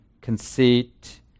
conceit